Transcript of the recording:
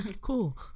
cool